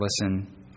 listen